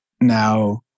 Now